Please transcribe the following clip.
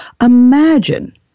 Imagine